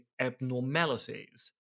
abnormalities